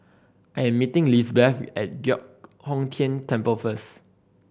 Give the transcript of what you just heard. I'm meeting Lisbeth at Giok Hong Tian Temple first